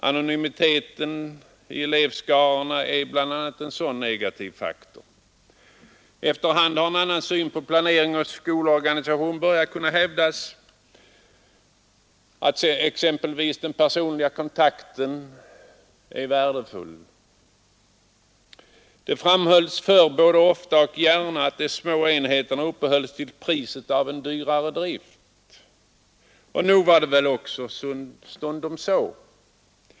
Anonymiteten i elevskarorna är bl.a. en sådan negativ faktor. Efter hand har en annan syn på planering och skolorganisation börjat kunna hävda att exempelvis den personliga kontakten är värdefull. Det framhölls förr både ofta och gärna att de små enheterna uppehölls till priset av en dyrare drift. Nog var det också stundom så.